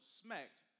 smacked